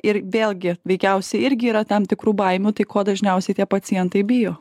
ir vėlgi veikiausiai irgi yra tam tikrų baimių tai ko dažniausiai tie pacientai bijo